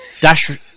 Dash